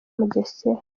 mugesera